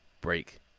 break